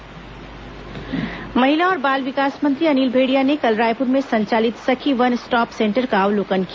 सखी one stop centre महिला और बाल विकास मंत्री अनिला भेंड़िया ने कल रायपुर में संचालित सखी वन स्टॉप सेंटर का अवलोकन किया